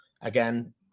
Again